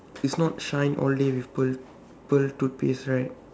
it's not shine all day with pearl pearl toothpaste right